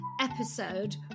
episode